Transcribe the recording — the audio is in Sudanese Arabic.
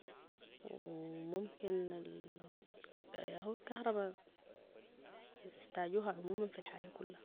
ممكن ياهو الكهرباءبيحتاجوها عموما في الحياة كلها